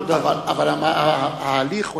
תודה, אדוני.